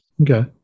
Okay